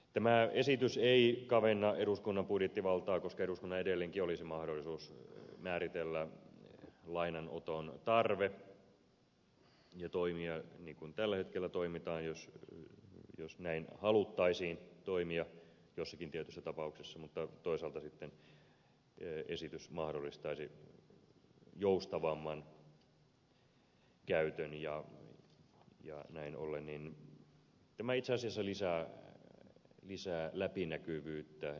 tämä esitys ei kavenna eduskunnan budjettivaltaa koska eduskunnalla edelleenkin olisi mahdollisuus määritellä lainanoton tarve ja toimia niin kuin tällä hetkellä toimitaan jos näin haluttaisiin toimia joissakin tietyissä tapauksissa mutta toisaalta sitten esitys mahdollistaisi joustavamman käytön ja näin ollen tämä itse asiassa lisää läpinäkyvyyttä